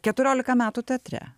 keturiolika metų teatre